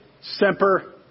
semper